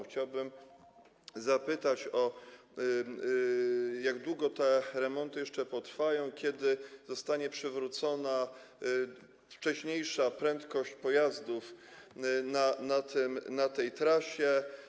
Chciałbym zapytać, jak długo te remonty jeszcze potrwają i kiedy zostanie przywrócona wcześniejsza prędkość pojazdów na tej trasie.